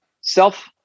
self